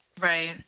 Right